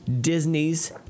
Disney's